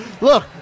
Look